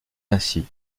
ainsi